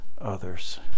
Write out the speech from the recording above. others